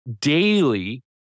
daily